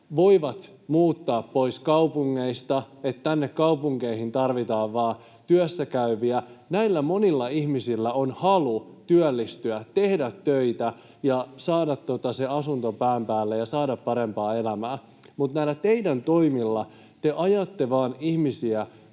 voivat muuttaa pois kaupungeista, että tänne kaupunkeihin tarvitaan vain työssäkäyviä. Näillä monilla ihmisillä on halu työllistyä, tehdä töitä, saada asunto pään päälle ja saada parempaa elämää, mutta näillä teidän toimillanne te ajatte vain ihmisiä